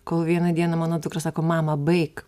kol vieną dieną mano dukra sako mama baik